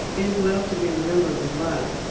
it is well to be remembered with love.